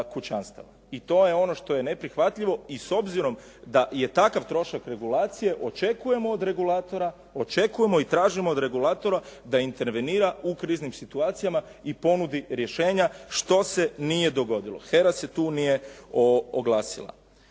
kućanstava i to je ono što je neprihvatljivo. I s obzirom da je takav trošak regulacije očekujemo od regulatora, očekujemo i tražimo od regulatora da intervenira u kriznim situacijama i ponudi rješenja što se nije dogodilo. HERA se tu nije oglasila.